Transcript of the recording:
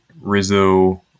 Rizzo